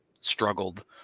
struggled